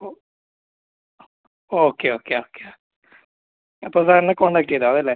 okay okay okay അപ്പോൾ സാറിനെ contact ചെയ്താൽ മതി അല്ലേ